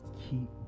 keep